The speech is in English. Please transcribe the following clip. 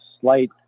slight